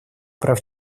прав